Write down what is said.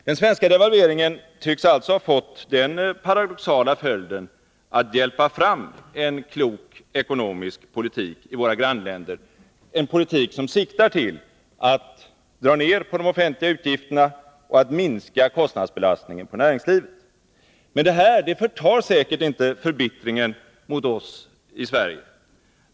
Den svenska devalveringen tycks alltså ha fått den paradoxala följden att hjälpa fram en klok ekonomisk politik i våra grannländer, en politik som siktar till att dra ned på de offentliga utgifterna och minska kostnadsbelastningen på näringslivet. Men det förtar säkert inte förbittringen mot oss i Sverige.